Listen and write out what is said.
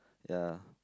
ya